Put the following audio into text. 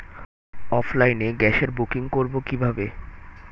অফলাইনে গ্যাসের বুকিং করব কিভাবে?